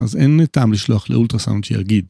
אז אין טעם לשלוח לאולטרסאונד שיגיד.